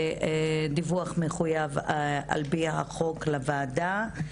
זה דיווח מחויב על פי החוק לוועדה.